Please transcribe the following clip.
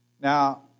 Now